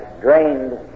drained